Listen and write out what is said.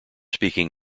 speaking